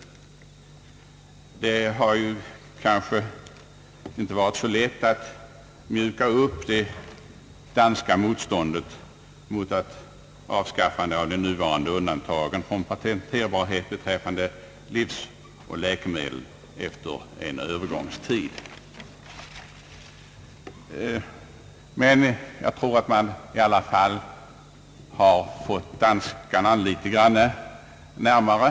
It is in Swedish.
Det har inte varit så lätt att mjuka upp det danska motståndet mot ett avskaffande av de nuvarande undantagen från patenterbarhet beträffande livsoch läkemedel efter en övergångstid, men jag tror att vi i alla fall har fått danskarna litet grand närmare.